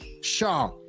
Shaw